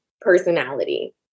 personality